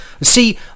See